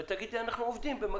ואת תגידי אנחנו עובדים במקביל?